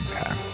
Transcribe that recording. Okay